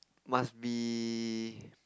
must be